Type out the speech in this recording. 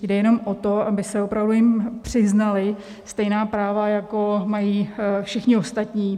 Jde jenom o to, aby se jim opravdu přiznala stejná práva, jako mají všichni ostatní.